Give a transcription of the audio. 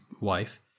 wife